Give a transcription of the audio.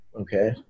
Okay